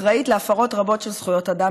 לעשרות רבות של הפרות זכויות אדם,